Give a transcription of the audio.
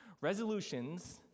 resolutions